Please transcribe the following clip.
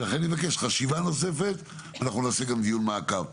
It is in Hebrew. ולכן אני מבקש חשיבה נוספת, ונעשה גם דיון מעקב.